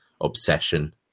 obsession